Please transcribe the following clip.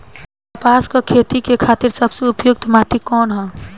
कपास क खेती के खातिर सबसे उपयुक्त माटी कवन ह?